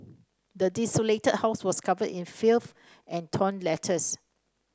the desolated house was covered in filth and torn letters